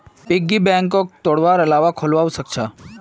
piggy बैंकक तोडवार अलावा खोलवाओ सख छ